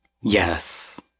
Yes